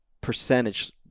percentage